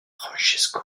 francesco